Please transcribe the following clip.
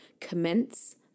commence